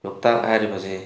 ꯂꯣꯛꯇꯥꯛ ꯍꯥꯏꯔꯤꯕꯁꯦ